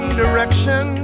direction